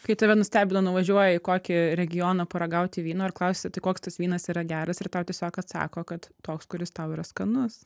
kai tave nustebina nuvažiuoji į kokį regioną paragauti vyno ir klausia tai koks tas vynas yra geras ir tau tiesiog atsako kad toks kuris tau yra skanus